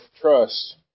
trust